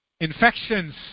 Infections